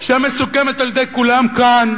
שמסוכמת על-ידי כולם כאן,